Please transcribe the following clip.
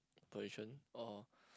position or